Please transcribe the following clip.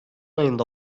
ayında